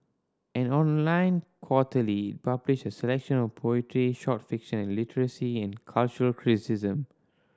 an online quarterly publishes a selection of poetry short fiction and literary and cultural criticism